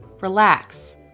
relax